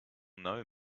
know